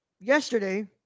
yesterday